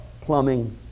plumbing